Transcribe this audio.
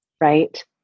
right